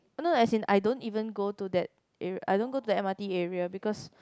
no as in I don't even go to that area I don't go to that m_r_t area because